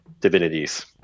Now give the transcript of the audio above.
divinities